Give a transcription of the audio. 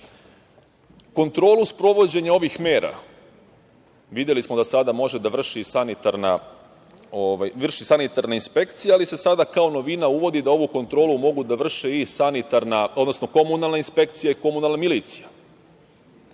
život? Kontrolu sprovođenja ovih mera videli smo da sada može da vrši sanitarna inspekcija, ali se sada kao novina uvodi da ovu kontrolu mogu da vrše i komunalna inspekcija i komunalna milicija.